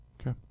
Okay